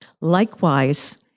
likewise